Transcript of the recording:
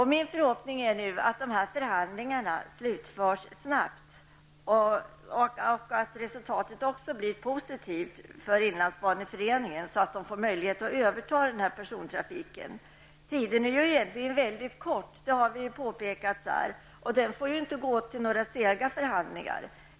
Min förhoppning är nu att denna förhandling skall föras snabbt och att resultatet blir positivt för inlandsbaneföreningen, så att den får möjlighet att överta persontrafiken. Tiden är egentligen mycket kort -- det har ju påpekats här -- och den får inte gå åt till några sega förhandlingar.